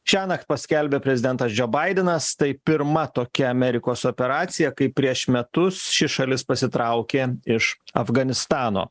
šiąnakt paskelbė prezidentas džo baidenas tai pirma tokia amerikos operacija kaip prieš metus ši šalis pasitraukė iš afganistano